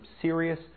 serious